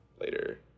later